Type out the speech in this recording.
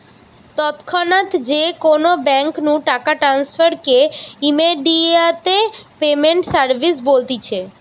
তৎক্ষণাৎ যে কোনো বেঙ্ক নু টাকা ট্রান্সফার কে ইমেডিয়াতে পেমেন্ট সার্ভিস বলতিছে